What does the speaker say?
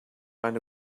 eine